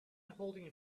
holding